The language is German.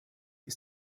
ist